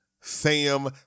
Sam